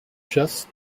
just